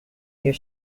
your